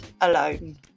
alone